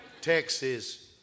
Texas